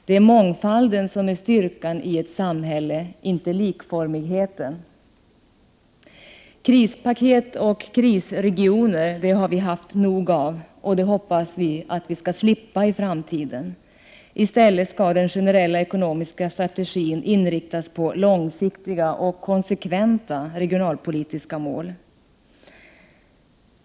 Det är mångfalden som är styrkan i ett samhälle — inte likformigheten. Krispaket och krisregioner har vi haft nog av, och dem hoppas vi få slippa i framtiden. I stället skall den generella ekonomiska strategin inriktas på långsiktiga och konsekventa regionalpolitiska mål.